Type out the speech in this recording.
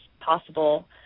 possible